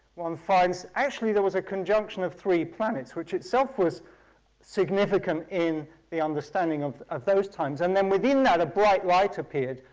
one finds actually there was a conjunction of three planets, which itself was significant in the understanding of of those times, and then within that, a bright light appeared,